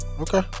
Okay